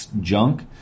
Junk